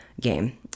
game